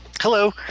hello